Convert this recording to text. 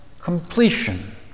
completion